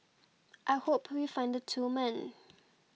I hope we find the two men